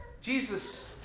Jesus